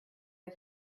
his